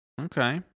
Okay